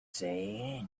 say